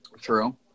True